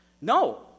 no